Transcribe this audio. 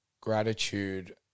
gratitude